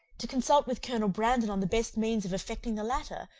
to consult with colonel brandon on the best means of effecting the latter,